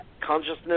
consciousness